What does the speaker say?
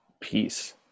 peace